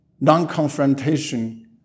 non-confrontation